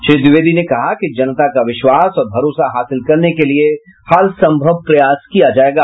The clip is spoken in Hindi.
श्री द्विवेदी ने कहा कि जनता का विश्वास और भरोसा हासिल करने के लिए हर संभव प्रयास किया जायेगा